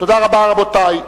תודה רבה, רבותי.